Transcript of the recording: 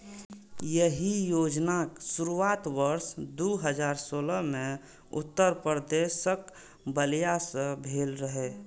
एहि योजनाक शुरुआत वर्ष दू हजार सोलह मे उत्तर प्रदेशक बलिया सं भेल रहै